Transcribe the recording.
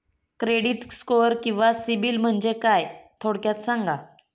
Credit score किंवा CIBIL म्हणजे काय? थोडक्यात सांगा